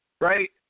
Right